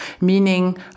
Meaning